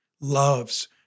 loves